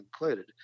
included